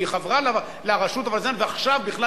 והיא חברה לרשות הפלסטינית ועכשיו בכלל